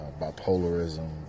Bipolarism